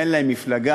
אין להם מפלגה,